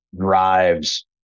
drives